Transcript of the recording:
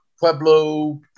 Pueblo